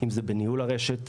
אם זה בניהול הרשת,